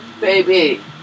Baby